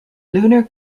lunar